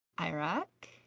Iraq